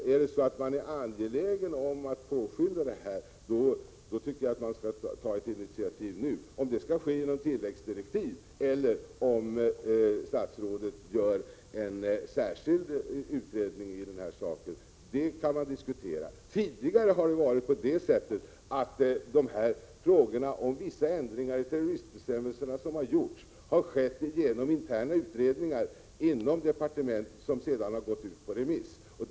Om man är angelägen om att påskynda det här, tycker jag att man skall ta ett initiativ nu. Huruvida det skall ske genom att statsrådet utfärdar tilläggsdirektiv eller genom att statsrådet tillsätter en särskild utredning i den här saken kan man diskutera. Tidigare har frågor om vissa ändringar i terroristbestämmelserna behandlats genom en intern utredning inom departementet, och sedan har det materialet gitt ut på remiss.